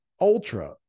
ultra